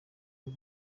w’i